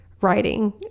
writing